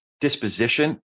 disposition